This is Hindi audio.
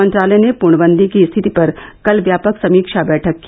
मंत्रालय ने पूर्णवंदी की स्थिति पर कल व्यापक समीक्षा बैठक की